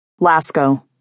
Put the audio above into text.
Lasko